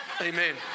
Amen